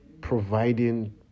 providing